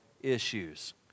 issues